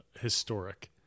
historic